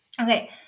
Okay